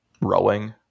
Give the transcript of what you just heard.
Rowing